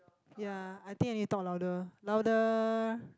ya I think I need to talk louder louder